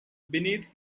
beneath